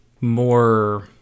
more